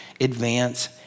advance